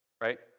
right